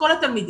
לכל התלמידים.